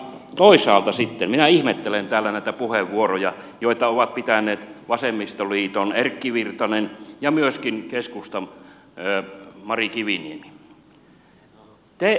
toisaalta sitten minä ihmettelen täällä näitä puheenvuoroja joita ovat käyttäneet vasemmistoliiton erkki virtanen ja myöskin keskustan mari kiviniemi